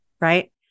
Right